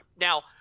Now